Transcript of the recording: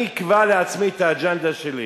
אני אקבע לעצמי את האג'נדה שלי,